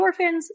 endorphins